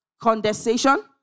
condensation